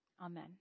Amen